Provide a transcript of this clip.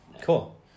Cool